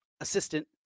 assistant